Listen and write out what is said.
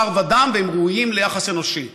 בשר ודם, והם ראויים ליחס אנושי.